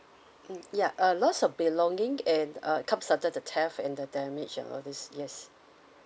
mm ya uh loss of belonging and uh the theft and the damage uh all these yes